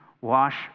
wash